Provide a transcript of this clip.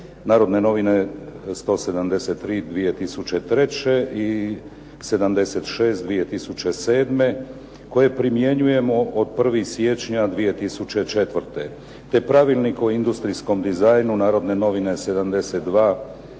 "Narodne novine" 173/03. i 76/07. koje primjenjujemo od 1. siječnja 2004. te Pravilnik o industrijskom dizajnu, "Narodne novine" 72/04.